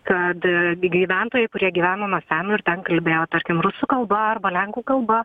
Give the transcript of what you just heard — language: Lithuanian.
kad gyventojai kurie gyveno nuo seno ir ten kalbėjo tarkim rusų kalba arba lenkų kalba